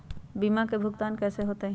बीमा के भुगतान कैसे होतइ?